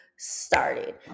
Started